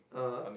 (uh huh)